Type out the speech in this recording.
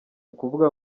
ukuvuga